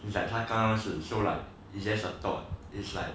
is that like 他刚认识 so like it's just a thought is like